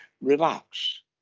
relax